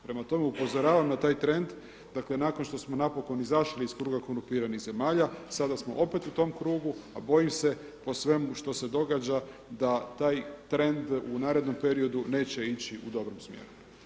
Prema tome, upozoravam na taj trend, dakle nakon što smo napokon izašli iz kruga korumpiranih zemalja, sada smo opet u tom krugu, a bojim se po svemu što se događa da taj trend u narednom periodu neće ići u dobrom smjeru.